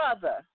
brother